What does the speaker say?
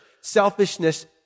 Selfishness